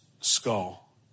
skull